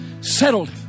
Settled